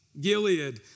Gilead